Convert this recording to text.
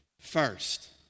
First